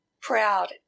proud